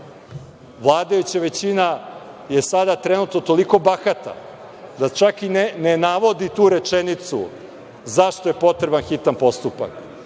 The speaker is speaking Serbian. Vladajuća većina je sada, trenutno, toliko bahata da čak i ne navodi tu rečenicu zašto je potreban hitan postupak.